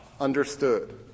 understood